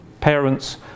parents